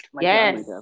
Yes